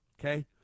Okay